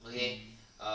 um